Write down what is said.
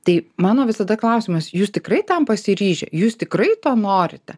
tai mano visada klausimas jūs tikrai tam pasiryžę jūs tikrai to norite